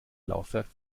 laufwerk